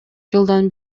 жылдан